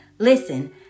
Listen